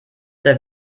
der